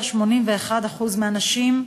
81% מהנשים,